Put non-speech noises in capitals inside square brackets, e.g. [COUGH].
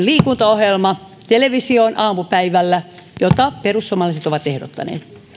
[UNINTELLIGIBLE] liikuntaohjelma televisioon aamupäivällä jota perussuomalaiset ovat ehdottaneet